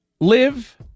Live